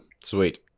Sweet